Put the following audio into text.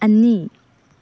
ꯑꯅꯤ